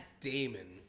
Damon